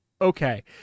Okay